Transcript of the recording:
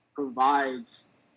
Provides